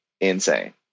insane